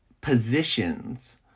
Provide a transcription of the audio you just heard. positions